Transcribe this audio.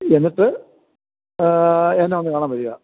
എന്നിട്ട് എന്നെ വന്നു കാണാൻ വരിക